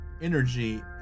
energy